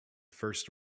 first